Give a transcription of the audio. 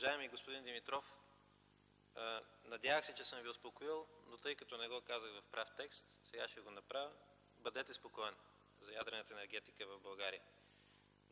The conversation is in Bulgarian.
Уважаеми господин Димитров! Надявах се, че съм Ви успокоил, но тъй като не го казах в прав текст, сега ще го направя: бъдете спокоен за ядрената енергетика в България!